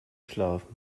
schlafen